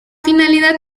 finalidad